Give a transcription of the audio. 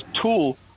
tool